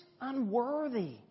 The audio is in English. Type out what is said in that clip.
unworthy